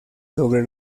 sobre